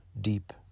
deep